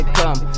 come